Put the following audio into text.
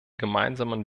gemeinsamen